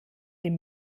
den